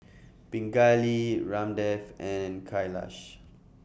Pingali Ramdev and Kailash